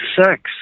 sex